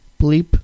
bleep